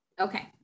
Okay